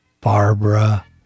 Barbara